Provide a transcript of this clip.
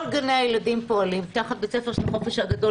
כל גני הילדים פועלים תחת בית הספר של החופש הגדול,